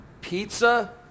pizza